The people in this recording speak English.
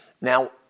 Now